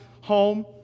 home